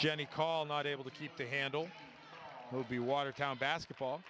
jenny call not able to keep the handle movie watertown basketball